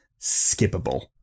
skippable